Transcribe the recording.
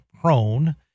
prone